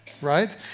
right